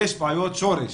יש בעיות שורש.